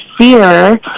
fear